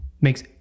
makes